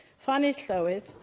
finally, llywydd,